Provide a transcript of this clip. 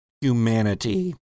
humanity